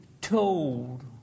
told